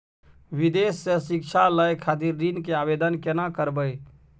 विदेश से शिक्षा लय खातिर ऋण के आवदेन केना करबे?